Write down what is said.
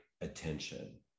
attention